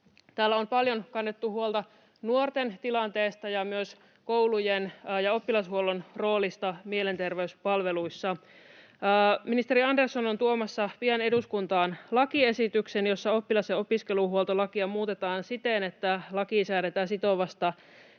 Täällä on paljon kannettu huolta nuorten tilanteesta ja myös koulujen ja oppilashuollon roolista mielenterveyspalveluissa. Ministeri Andersson on tuomassa pian eduskuntaan lakiesityksen, jossa oppilas- ja opiskeluhuoltolakia muutetaan siten, että laki säädetään sitovasta